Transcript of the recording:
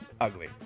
Ugly